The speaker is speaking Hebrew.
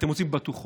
אתם רוצים בטוחות?